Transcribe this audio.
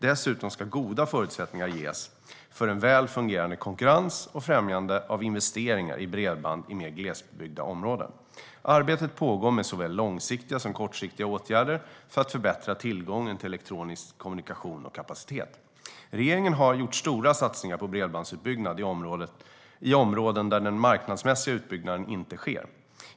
Dessutom ska goda förutsättningar ges för en väl fungerande konkurrens och främjande av investeringar i bredband i mer glesbebyggda områden. Arbete pågår med såväl långsiktiga som kortsiktiga åtgärder för att förbättra tillgången till elektronisk kommunikation och kapacitet. Regeringen har gjort stora satsningar på bredbandsutbyggnad i områden där den marknadsmässiga utbyggnaden inte sker.